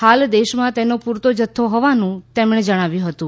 હાલ દેશમાં તેનો પૂરતો જથ્થો હોવાનું તેમણે જણાવ્યું હતું